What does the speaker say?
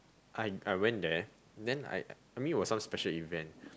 I I went there then I I mean it was some special event